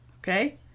Okay